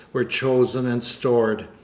were chosen and stored.